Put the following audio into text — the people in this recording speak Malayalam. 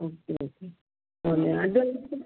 ഓക്കെ ഓക്കെ തന്നെ അഡ്വാൻസ്